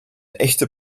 echte